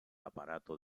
aparato